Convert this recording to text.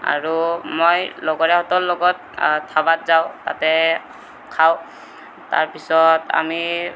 আৰু মই লগৰীয়াহঁতৰ লগত ধাবাত যাওঁ তাতে খাওঁ তাৰপিছত আমি